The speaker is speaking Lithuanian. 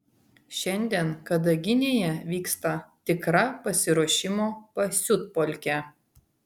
šiandien kadaginėje vyksta tikra pasiruošimo pasiutpolkė